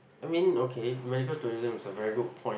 I mean okay medical tourism is a very good point